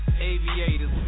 aviators